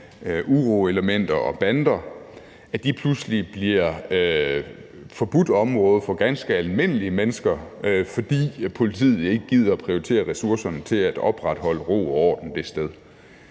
uroelementer og bander, pludselig bliver forbudt område for ganske almindelige mennesker, fordi politiet ikke gider at prioritere ressourcerne til at opretholde ro og orden det sted.